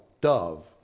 dove